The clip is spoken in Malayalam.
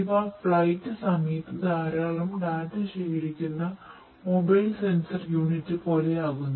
ഇവ ഫ്ലൈറ്റ് സമയത്ത് ധാരാളം ഡാറ്റ ശേഖരിക്കുന്ന മൊബൈൽ സെൻസർ യൂണിറ്റ് പോലെയാകുന്നു